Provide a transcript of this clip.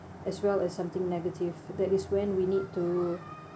as well as something negative that is when we need to